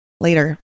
Later